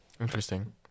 Interesting